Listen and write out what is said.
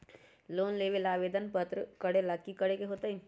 Loan लेबे ला आवेदन करे ला कि करे के होतइ?